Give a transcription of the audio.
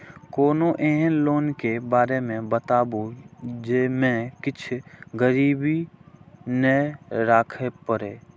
कोनो एहन लोन के बारे मे बताबु जे मे किछ गीरबी नय राखे परे?